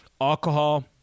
alcohol